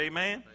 Amen